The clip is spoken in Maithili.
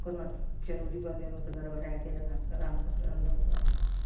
कोना चरौड़ी बनेलहुँ तऽ गड़बड़ै गेल ओना रान्ह रान्हलहुँ तऽ